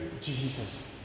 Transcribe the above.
Jesus